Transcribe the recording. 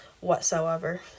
whatsoever